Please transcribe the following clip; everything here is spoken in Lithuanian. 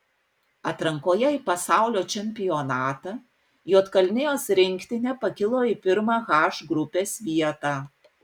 atrankoje į pasaulio čempionatą juodkalnijos rinktinė pakilo į pirmą h grupės vietą